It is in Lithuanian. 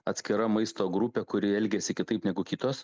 atskira maisto grupė kuri elgiasi kitaip negu kitos